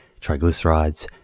triglycerides